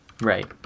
Right